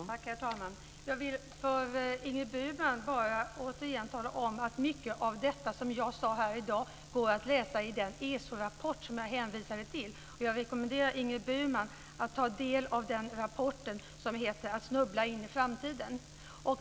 Herr talman! Jag vill för Ingrid Burman återigen bara tala om att mycket av det som jag sagt här i dag står att läsa om i den ESO-rapport som jag hänvisade till. Jag rekommenderar Ingrid Burman att ta del av rapporten Att snubbla in i framtiden.